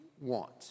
want